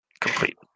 complete